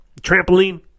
trampoline